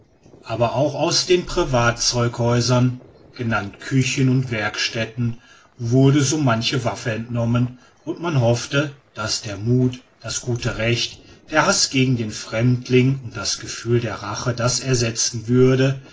aber auch aus den privat zeughäusern genannt küchen und werkstätten wurde so manche waffe entnommen und man hoffte daß der muth das gute recht der haß gegen den fremdling und das gefühl der rache das ersetzen würden